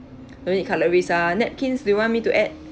don't need cutleries ah napkins do you want me to add